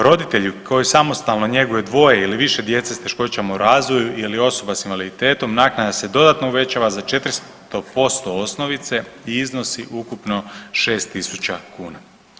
Roditelji koji samostalno njeguje dvoje ili više djece s teškoćama u razvoju ili osoba s invaliditetom naknada se dodatno uvećava za 400% osnovice i iznosi ukupno 6.000 kuna.